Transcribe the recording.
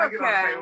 okay